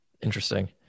Interesting